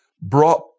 brought